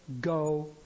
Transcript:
go